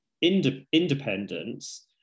independence